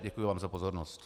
Děkuji vám za pozornost.